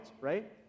right